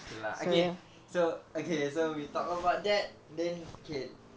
K lah okay so okay so we talk about that then okay